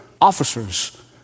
officers